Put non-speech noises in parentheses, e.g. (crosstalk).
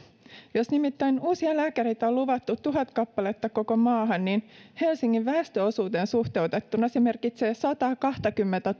jos nimittäin uusia lääkäreitä on luvattu tuhat kappaletta koko maahan niin helsingin väestöosuuteen suhteutettuna se merkitsee sataakahtakymmentä (unintelligible)